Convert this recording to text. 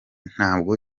ntabwo